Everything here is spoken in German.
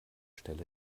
stelle